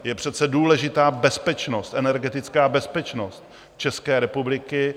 Je přece důležitá bezpečnost, energetická bezpečnost České republiky.